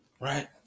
right